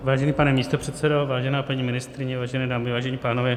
Vážený pane místopředsedo, vážená paní ministryně, vážené dámy, vážení pánové.